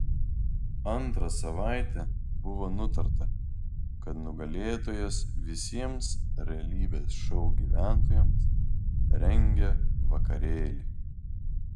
antrą savaitę buvo nutarta kad nugalėtojas visiems realybės šou gyventojams rengia vakarėlį